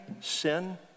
sin